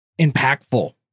impactful